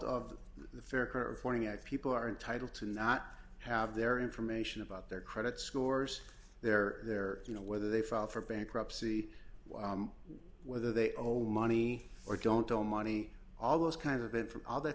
of the fair curve pointing out people are entitled to not have their information about their credit scores their their you know whether they file for bankruptcy whether they owe money or don't owe money all this kind of in from all that